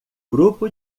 grupo